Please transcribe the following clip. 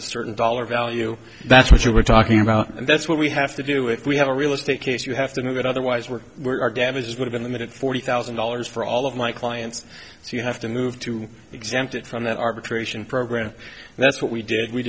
a certain dollar value that's what you were talking about and that's what we have to do if we have a real estate case you have to move it otherwise we're our damages but in the minute forty thousand dollars for all of my clients so you have to move to exempt it from that arbitration program and that's what we did we